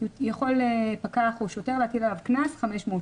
או שהם נסגרים כל הזמן או שהם נסגרים במהלך סוף